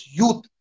youth